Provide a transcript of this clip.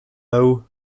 law